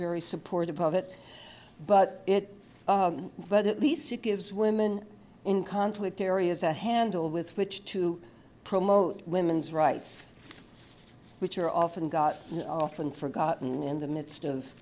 very supportive of it but it but at least it gives women in conflict areas a handle with which to promote women's rights which are often got often forgotten in the midst of